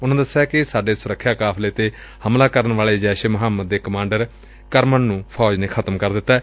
ਉਨੂਾ ਦਸਿਆ ਕਿ ਸਾਡੇ ਸੁਰੱਖਿਆ ਕਾਫ਼ਲੇ ਤੇ ਹਮਲਾ ਕਰਨ ਵਾਲੇ ਜੈਸ਼ ਏ ਮੁਹੰਮਦ ਦੇ ਕਮਾਂਡਰ ਕਰਮਨ ਨੂੰ ਫੌਜ ਨੇ ਖ਼ਤਮ ਕਰ ਦਿੱਤੈਂ